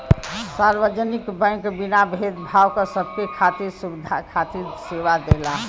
सार्वजनिक बैंक बिना भेद भाव क सबके खातिर सुविधा खातिर सेवा देला